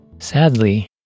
Sadly